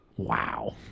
Wow